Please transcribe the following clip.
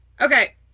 Okay